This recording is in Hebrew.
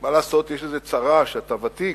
מה לעשות, יש איזו צרה כשאתה ותיק,